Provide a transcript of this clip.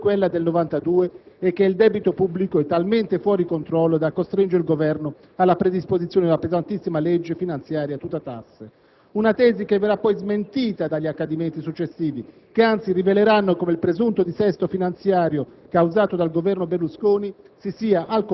peggiore di quella del 1992 e che il debito pubblico era talmente fuori controllo da costringere il Governo alla predisposizione di una pesantissima legge finanziaria, tutta tasse. Una tesi che verrà poi smentita dagli accadimenti successivi che, anzi, riveleranno come il presunto dissesto finanziario causato dal Governo Berlusconi